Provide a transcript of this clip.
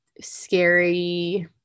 scary